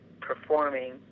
performing